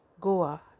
Goa